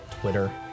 Twitter